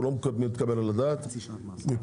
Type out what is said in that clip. הוא לא מתקבל על הדעת מבחינתי.